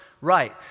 right